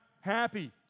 happy